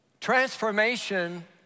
Transformation